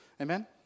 Amen